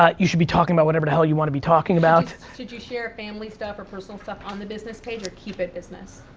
ah you should be talking about whatever the hell you wanna be talking about. should you share family stuff or personal stuff on the business page or keep it business?